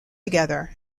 together